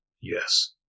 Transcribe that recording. Yes